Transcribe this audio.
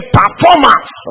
performance